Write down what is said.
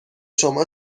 شما